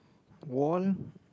wand